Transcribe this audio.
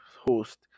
host